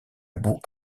bout